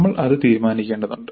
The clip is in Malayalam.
നമ്മൾ അത് തീരുമാനിക്കേണ്ടതുണ്ട്